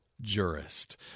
jurist